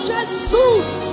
Jesus